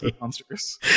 monsters